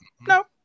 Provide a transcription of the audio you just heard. no